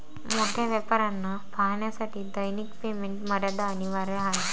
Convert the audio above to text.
मोठ्या व्यापाऱ्यांना पाहण्यासाठी दैनिक पेमेंट मर्यादा अनिवार्य आहे